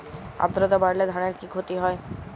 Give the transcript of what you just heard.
আদ্রর্তা বাড়লে ধানের কি ক্ষতি হয়?